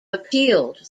appealed